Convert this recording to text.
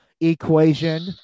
equation